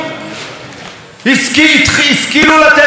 עכשיו נזכר ראש הממשלה להעביר סמכויות,